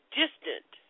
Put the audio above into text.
distant